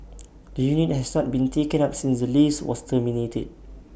the unit has not been taken up since the lease was terminated